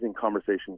conversations